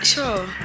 Sure